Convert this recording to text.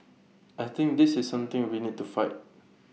I think this is something we need to fight